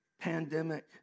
pandemic